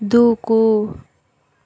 దూకు